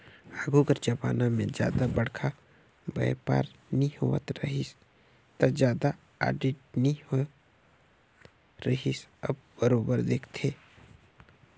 आघु कर जमाना में जादा बड़खा बयपार नी होवत रहिस ता जादा आडिट नी होत रिहिस अब बरोबर देखथे